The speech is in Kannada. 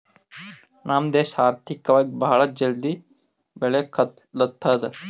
ನಮ್ ದೇಶ ಆರ್ಥಿಕವಾಗಿ ಭಾಳ ಜಲ್ದಿ ಬೆಳಿಲತ್ತದ್